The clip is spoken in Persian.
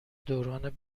دوران